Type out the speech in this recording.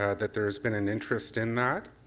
yeah that there's been an interest in that.